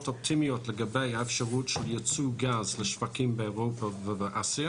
אופטימיות לגבי האפשרות של ייצוא גז לשווקים באירופה ובאסיה